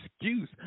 excuse